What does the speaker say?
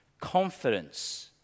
confidence